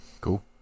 cool